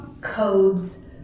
codes